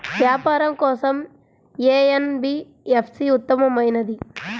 వ్యాపారం కోసం ఏ ఎన్.బీ.ఎఫ్.సి ఉత్తమమైనది?